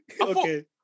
Okay